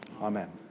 Amen